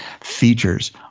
features